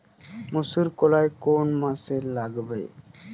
মুসুরকলাই কোন মাসে লাগাব?